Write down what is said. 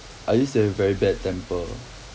I used to have very bad temper